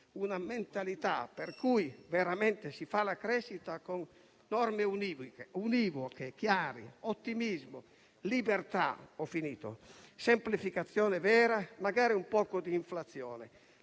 una mentalità per cui si fa la crescita con norme univoche e chiare, ottimismo, libertà, semplificazione vera, magari un poco di inflazione.